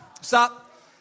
Stop